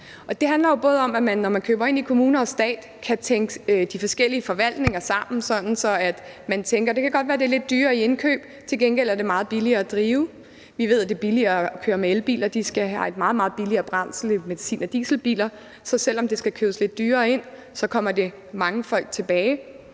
Det handler jo om, at man, når man køber ind både i kommunerne og i staten, kan tænke de forskellige forvaltninger sammen, sådan at man tænker, at det godt kan være, at det er lidt dyrere i indkøb, men til gengæld er det meget billigere at drive. Vi ved, at det er billigere at køre med elbiler, for de skal have meget, meget billigere brændsel end benzin- og dieselbilerne, så selv om de skal købes lidt dyrere ind, kommer det mangefold tilbage.